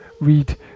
read